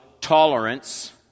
tolerance